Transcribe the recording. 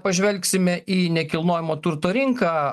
pažvelgsime į nekilnojamo turto rinką